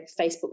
Facebook